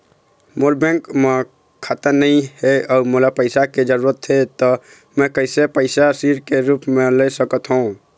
मोर bank म खाता नई हे अउ मोला पैसा के जरूरी हे त मे कैसे पैसा ऋण के रूप म ले सकत हो?